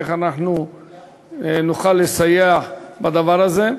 איך אנחנו נוכל לסייע בדבר הזה,